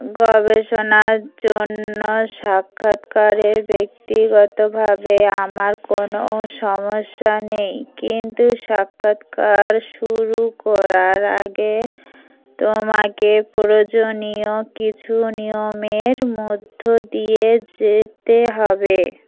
গবেষণার জন্য সাক্ষৎকারে ব্যক্তিগতভাবে আমার কোনো সমস্যা নেই কিন্তু সাক্ষৎকার শুরু করার আগে তোমাকে প্রয়োজনীয় কিছু নিয়মের মধ্য দিয়ে যেতে হবে